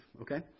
okay